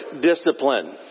discipline